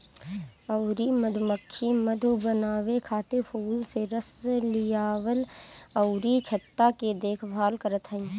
अउरी मधुमक्खी मधु बनावे खातिर फूल से रस लियावल अउरी छत्ता के देखभाल करत हई